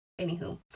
Anywho